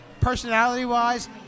personality-wise